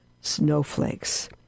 snowflakes